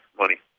money